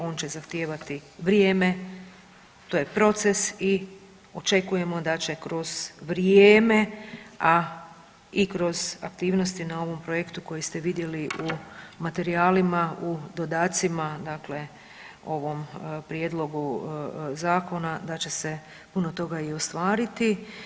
On će zahtijevati vrijeme, to je proces i očekujemo da će kroz vrijeme, a i kroz aktivnosti na ovom projektu koji ste vidjeli u materijalima, u dodacima dakle ovom prijedlogu zakona da će se puno toga i ostvariti.